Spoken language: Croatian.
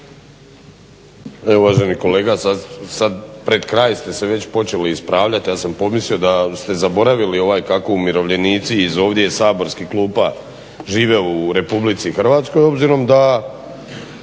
Evo uvaženi kolega sad pred kraj ste se već počeli ispravljati, ja sam pomislio da ste zaboravili kako umirovljenici ovdje iz saborskih klupa žive u RH obzirom da